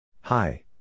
Hi